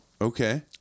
okay